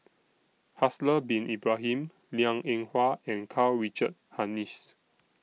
Haslir Bin Ibrahim Liang Eng Hwa and Karl Richard Hanitsch